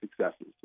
successes